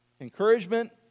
encouragement